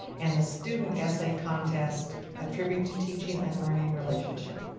and the student essay contest a tribute to teaching and learning relationship.